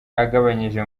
agabanyije